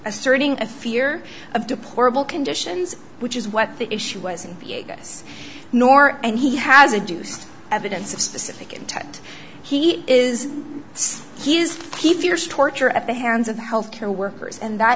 asserting a fear of deplorable conditions which is what the issue was in vegas nor and he has a deuced evidence of specific intent he is he is he fears torture at the hands of the health care workers and that